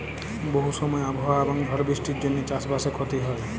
বহু সময় আবহাওয়া এবং ঝড় বৃষ্টির জনহে চাস বাসে ক্ষতি হয়